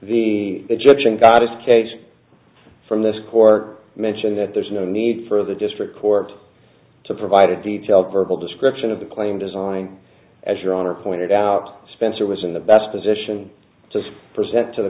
the egyptian goddess case from this court mention that there's no need for the district court to provide a detailed verbal description of the claim design as your honor pointed out spencer was in the best position to present to the